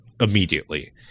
immediately